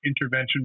intervention